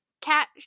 cat